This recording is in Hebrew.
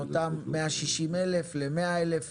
מ-160,000 ל-100,000 ל-50,000.